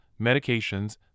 medications